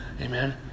Amen